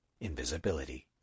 invisibility